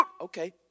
Okay